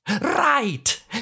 Right